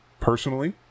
personally